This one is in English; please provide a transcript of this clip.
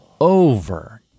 over